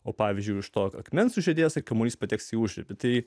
o pavyzdžiui už tokio akmens sužiedėjęs kamuolys pateks į užribį tai